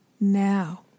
Now